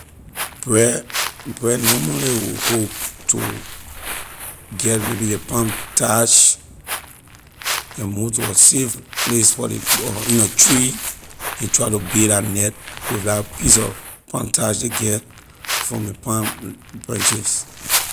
Bread bread normally will go to get maybe ley palm tarsh and move to a safe place for ley or in a tree and try to build la net with that piece of palm tarsh ley get from ley palm branches